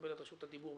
יקבל את רשות הדיבור.